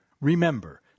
Remember